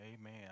Amen